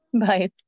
bye